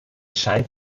scheint